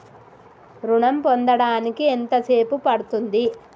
ఋణం పొందడానికి ఎంత సేపు పడ్తుంది?